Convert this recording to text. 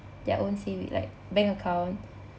their own saving like bank account